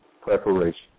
preparation